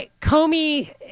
Comey